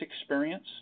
experience